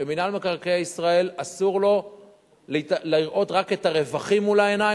שמינהל מקרקעי ישראל אסור לו לראות רק את הרווחים מול העיניים,